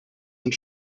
und